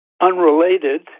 unrelated